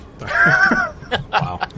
Wow